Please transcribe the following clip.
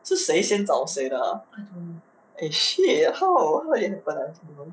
是谁先找谁的啊 eh shit how how did it happen ah I also don't know